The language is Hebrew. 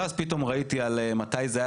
ואז פתאום ראיתי: מתי זה היה?